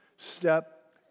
step